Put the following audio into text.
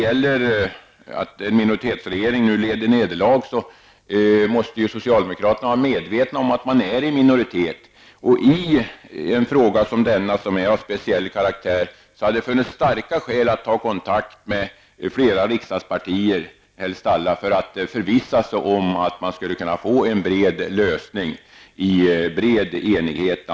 Om minoritetsregeringen nu lider nederlag måste ju socialdemokraterna vara medvetna om att de är i minoritet, och i en fråga av speciell karaktär som denna hade det funnits starka skäl att ta kontakt med flera riksdagspartier, helst alla, för att förvissa sig om att man får en lösning i stor enighet.